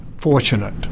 fortunate